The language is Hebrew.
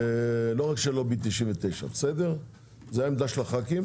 ולא רק של לובי 99. זו עמדת הח"כים,